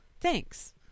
thanks